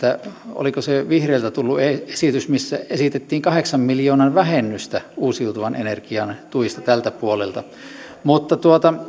oliko se vihreiltä tullut esitys missä esitettiin kahdeksan miljoonan vähennystä uusiutuvan energian tuista tältä puolelta mutta